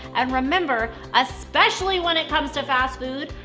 and remember, especially when it comes to fast food,